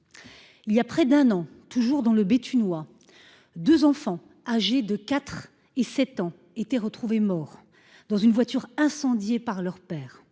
Il y a près d'un an. Toujours dans le Béthunois 2 enfants âgés de 4 et 7 ans, était retrouvé mort dans une voiture incendiée par leur père.